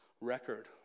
record